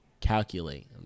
calculate